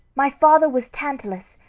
my father was tantalus,